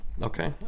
Okay